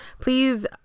Please